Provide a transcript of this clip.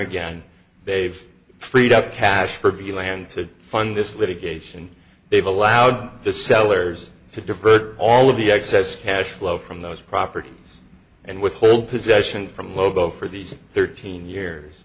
again they've freed up cash for view land to fund this litigation they've allowed the sellers to divert all of the excess cash flow from those properties and with full possession from lobo for these thirteen years